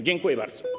Dziękuję bardzo.